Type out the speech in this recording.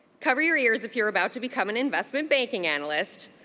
cover your ears if you're about to become an investment banking analyst.